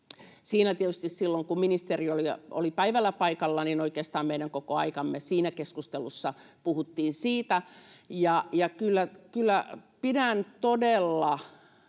kun ministeri oli päivällä paikalla, oikeastaan koko aika siinä keskustelussa puhuttiin siitä. Kyllä pidän todella